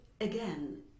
Again